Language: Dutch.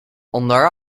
onder